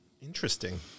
Interesting